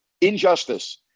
injustice